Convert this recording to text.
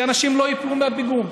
שאנשים לא ייפלו מהפיגום.